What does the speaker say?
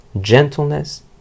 gentleness